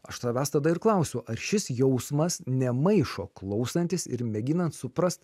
aš tavęs tada ir klausiu ar šis jausmas nemaišo klausantis ir mėginant suprast